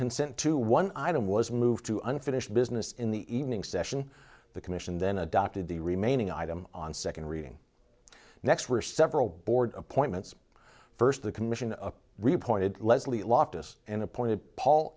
consent to one item was moved to unfinished business in the evening session the commission then adopted the remaining item on second reading next were several board appointments first the commission reported leslie loftus and appointed paul